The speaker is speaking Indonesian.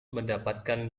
mendapatkan